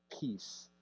peace